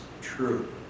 true